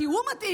כי הוא מתאים,